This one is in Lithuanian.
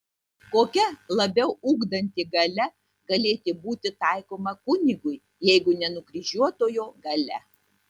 kokia labiau ugdanti galia galėtų būti taikoma kunigui jeigu ne nukryžiuotojo galia